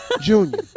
Junior